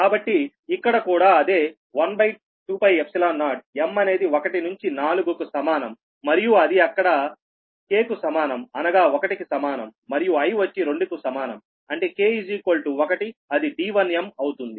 కాబట్టి ఇక్కడ కూడా అదే 12π0m అనేది 1 నుంచి 4 కు సమానం మరియు అది ఇక్కడ k కు సమానం అనగా 1 కి సమానం మరియు I వచ్చి 2 కు సమానం అంటే k1 అది d1m అవుతుంది